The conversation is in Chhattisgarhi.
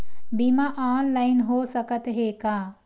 बीमा ऑनलाइन हो सकत हे का?